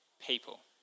people